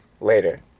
Later